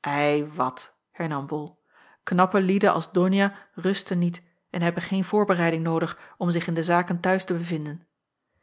ei wat hernam bol knappe lieden als donia rusten niet en hebben geen voorbereiding noodig om zich in de zaken t'huis te bevinden